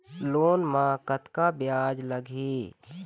Loan म कतका ब्याज लगही?